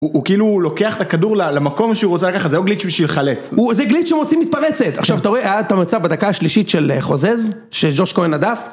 הוא כאילו לוקח את הכדור למקום שהוא רוצה לקחת, זה לא גליץ' בשביל לחלץ. זה גליץ' שמוצאים מתפרצת. עכשיו, אתה רואה את המצב בדקה השלישית של חוזז? שג'וש קוהן הדף?